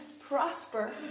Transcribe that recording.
prosper